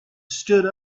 stood